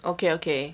okay okay